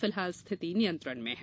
फिलहाल स्थिति नियंत्रण में है